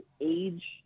age